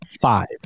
Five